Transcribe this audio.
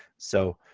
so